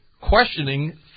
questioning